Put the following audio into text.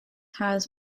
has